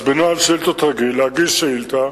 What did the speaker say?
אז בנוהל שאילתות רגיל להגיש שאילתא,